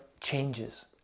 changes